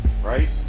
right